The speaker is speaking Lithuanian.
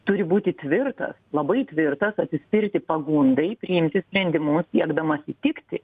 turi būti tvirtas labai tvirtas atsispirti pagundai priimti sprendimus siekdamas įtikti